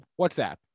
WhatsApp